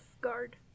guard